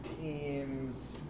teams